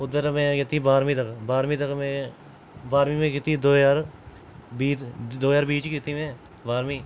उद्धर में कीती बाह्रमी तक बाह्रमीं में कीती दो ज्हार बीह् च दो ज्हार बीह् च कीती में बाह्रमीं